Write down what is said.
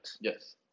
Yes